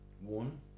one